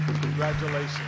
Congratulations